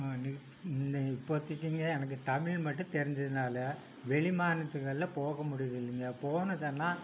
இப்போதிக்குங்க எனக்கு தமிழ் மட்டும் தெரிஞ்சதனாலே வெளிமாநிலத்துகெல்லாம் போக முடியறதில்லிங்க போனதெல்லாம்